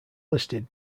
listed